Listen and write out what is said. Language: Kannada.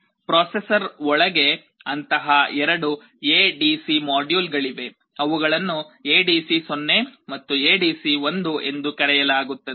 ಪ್ರೊಸೆಸರ್ ಒಳಗೆ ಅಂತಹ ಎರಡು ಎಡಿಸಿ ಮಾಡ್ಯೂಲ್ಗಳಿವೆ ಅವುಗಳನ್ನು ಎಡಿಸಿ 0 ಮತ್ತು ಎಡಿಸಿ 1 ಎಂದು ಕರೆಯಲಾಗುತ್ತದೆ